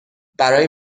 برای